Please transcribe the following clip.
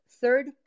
third